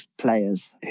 players